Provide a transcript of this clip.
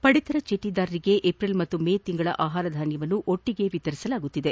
ಪಡಿತರ ಚೀಟಿದಾರರಿಗೆ ಏಪ್ರಿಲ್ ಮತ್ತು ಮೇ ತಿಂಗಳ ಆಹಾರಧಾನ್ಯವನ್ನು ಒಟ್ಟಿಗೆ ವಿತರಿಸಲಾಗುತ್ತಿದೆ